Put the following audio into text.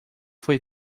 foi